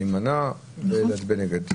להימנע ולהצביע נגד.